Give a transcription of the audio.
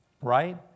Right